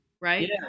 right